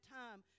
time